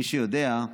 מי שיודע,